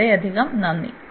വളരെയധികം നന്ദി